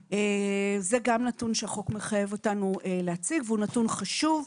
זה גם נתון שהחוק מחייב אותנו להציג והוא נתון חשוב.